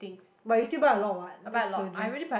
but you still buy a lot [what] that's splurging